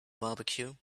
barbecue